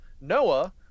Noah